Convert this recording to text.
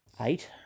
Eight